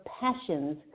passions